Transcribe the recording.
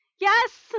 Yes